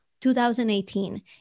2018